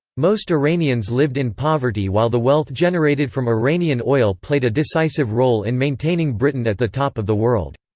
most iranians lived in poverty while the wealth generated from iranian oil played a decisive role in maintaining britain at the top of the world.